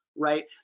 Right